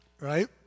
right